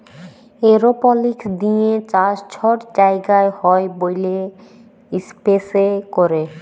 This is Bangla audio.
এরওপলিক্স দিঁয়ে চাষ ছট জায়গায় হ্যয় ব্যইলে ইস্পেসে ক্যরে